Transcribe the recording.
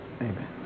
Amen